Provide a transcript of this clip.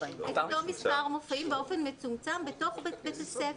את אותו מספר מופעים באופן מצומצם בתוך בית הספר.